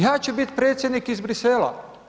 Ja ću biti predsjednik iz Bruxellesa.